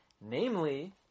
Namely